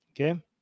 okay